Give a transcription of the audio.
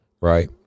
right